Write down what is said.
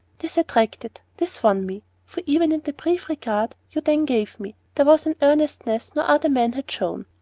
this attracted, this won me for even in the brief regard you then gave me, there was an earnestness no other man had shown.